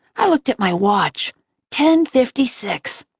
i looked at my watch ten fifty six.